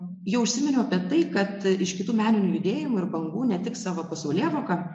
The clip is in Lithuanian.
jau užsiminiau apie tai kad iš kitų meninių judėjimų ir bangų ne tik savo pasaulėvoka